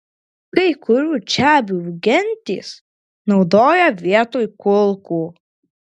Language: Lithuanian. kai kurių čiabuvių gentys naudoja vietoj kulkų